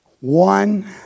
one